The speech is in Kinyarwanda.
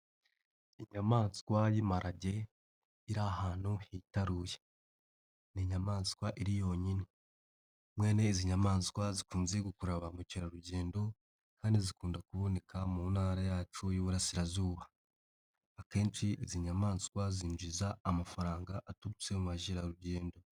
Inyamaswa y'imparage iri ahantu hitaruye, ni inyamaswa iriyonyine, mwene izi nyamaswa zikunze gukurura ba mukerarugendo kandi zikunda kuboneka mu Ntara yacu y'Iburasirazuba, akenshi izi nyamaswa zinjiza amafaranga aturutse mu bukerarugendo.